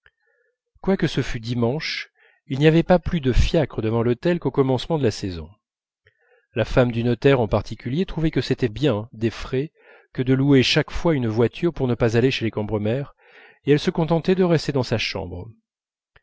quoique ce fût dimanche il n'y avait pas plus de fiacres devant l'hôtel qu'au commencement de la saison la femme du notaire en particulier trouvait que c'était bien des frais que de louer chaque fois une voiture pour ne pas aller chez les cambremer et elle se contentait de rester dans sa chambre